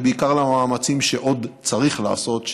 ובעיקר למאמצים שעוד צריך לעשות,